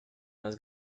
más